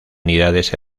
unidades